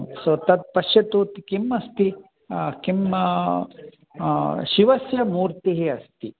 सो तत् पश्यतु त् किम् अस्ति किं शिवस्य मूर्तिः अस्ति